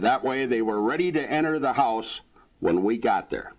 that way they were ready to enter the house when we got there